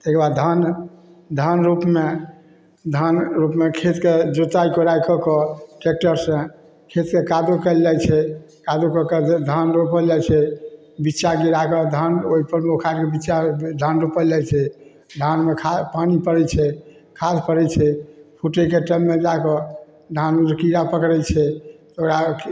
ताहिके धान धान रोपमे धान रोपमे खेतके जोताइ कोड़ाइ कऽ कऽ टेक्टरसे खेतके कादो कएल जाइ छै कादो कऽ कऽ धान रोपल जाइ छै बिच्चा गिराकऽ धान ओहिपरमे खाली बिच्चा धान रोपल जाइ छै धानमे खा पानी पड़ै छै खाद पड़ै छै फुटैके टाइममे जाकऽ धानमे जे कीड़ा पकड़ै छै ओकरा